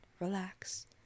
relax